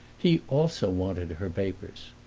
he also wanted her papers.